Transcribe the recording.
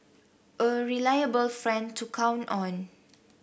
a reliable friend to count on